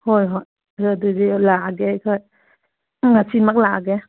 ꯍꯣꯏ ꯍꯣꯏ ꯑꯗꯨꯗꯤ ꯂꯥꯛꯑꯒꯦ ꯑꯩꯈꯣꯏ ꯉꯁꯤ ꯉꯁꯤꯃꯛ ꯂꯥꯛꯑꯒꯦ